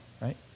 right